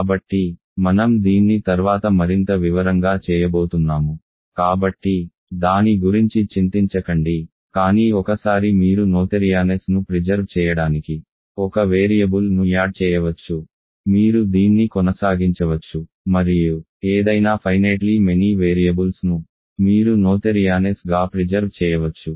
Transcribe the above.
కాబట్టి మనం దీన్ని తర్వాత మరింత వివరంగా చేయబోతున్నాము కాబట్టి దాని గురించి చింతించకండి కానీ ఒకసారి మీరు నోథెరియానెస్ను ప్రిజర్వ్ చేయడానికి ఒక వేరియబుల్ను యాడ్ చేయవచ్చు మీరు దీన్ని కొనసాగించవచ్చు మరియు ఏదైనా ఫైనేట్లీ మెనీ వేరియబుల్స్ ను మీరు నోథెరియానెస్గా ప్రిజర్వ్ చేయవచ్చు